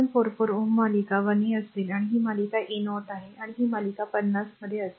444 Ω मालिका 1a असेल आणि ही मालिका a0 आहे आणि ही मालिका 50 मध्ये असेल